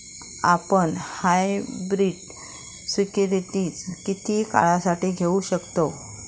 आपण hybrid securities किती काळासाठी घेऊ शकतव